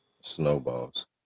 snowballs